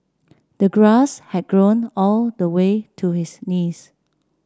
the grass had grown all the way to his knees